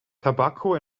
tobacco